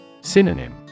Synonym